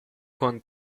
con